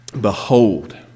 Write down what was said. behold